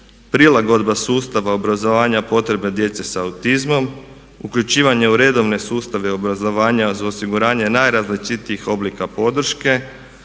prilagodba sustava obrazovanja potrebe djece sa autizmom, uključivanje u redovne sustave obrazovanja uz osiguranje najrazličitijih oblika podrške,